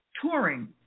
Touring